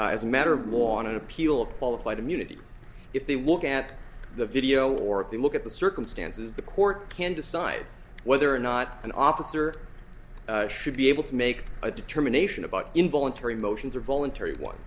decide as a matter of law on an appeal qualified immunity if they look at the video or if they look at the circumstances the court can decide whether or not an officer should be able to make a determination about involuntary motions or voluntary one